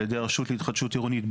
על ידי הרשות להתחדשות עירונית,